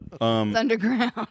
underground